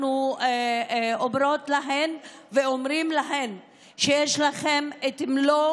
אנחנו אומרות להן ואומרים להן: יש לכן את מלוא